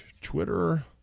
Twitter